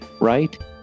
right